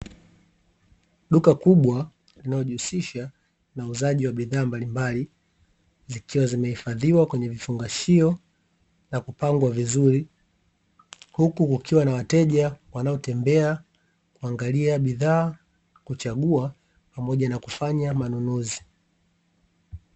Duka kubwa linalojihusisha na uuzaji wa bidhaa mbalimbali zikiwa zimehifadhiwa kwenye vifungashio na kupangwa vizuri, huku kukiwa na wateja wanaotembea kuangalia bidhaa, kuchagua, pamoja na kufanya manunuzi.